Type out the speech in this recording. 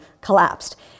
collapsed